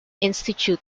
institute